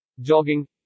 jogging